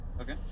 Okay